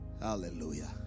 Hallelujah